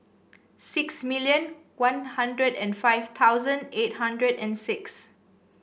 six million One Hundred and five thousand eight hundred and six